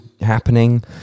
happening